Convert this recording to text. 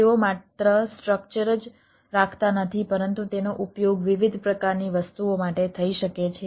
તેઓ માત્ર સ્ટ્રક્ચર જ રાખતા નથી પરંતુ તેનો ઉપયોગ વિવિધ પ્રકારની વસ્તુઓ માટે થઈ શકે છે